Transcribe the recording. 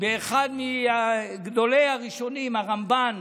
אצל אחד מגדולי הראשונים, הרמב"ן,